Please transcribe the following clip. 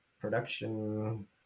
production